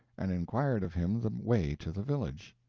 and inquired of him the way to the village.